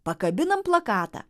pakabinam plakatą